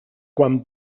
quan